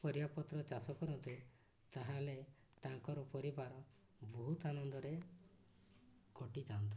ପରିବାପତ୍ର ଚାଷ କରନ୍ତେ ତାହେଲେ ତାଙ୍କର ପରିବାର ବହୁତ ଆନନ୍ଦରେ କଟିଯାଆନ୍ତା